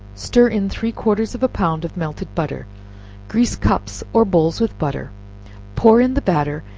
stir in three-quarters of a pound of melted butter grease cups or bowls with butter pour in the batter,